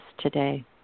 today